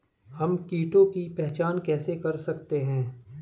हम कीटों की पहचान कैसे कर सकते हैं?